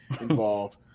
involved